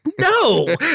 No